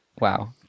Wow